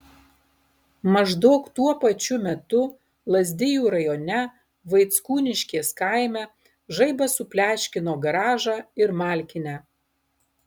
maždaug tuo pačiu metu lazdijų rajone vaickūniškės kaime žaibas supleškino garažą ir malkinę